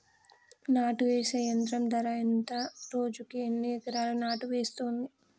నాటు వేసే యంత్రం ధర ఎంత రోజుకి ఎన్ని ఎకరాలు నాటు వేస్తుంది?